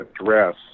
address